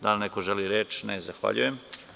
Da li neko želi reč? (Ne.) Zahvaljujem.